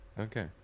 Okay